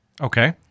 Okay